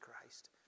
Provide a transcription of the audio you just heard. Christ